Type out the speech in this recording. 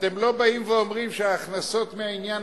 אתם לא באים ואומרים שההכנסות מהעניין